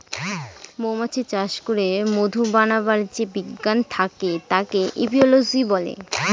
মৌমাছি চাষ করে মধু বানাবার যে বিজ্ঞান থাকে তাকে এপিওলোজি বলে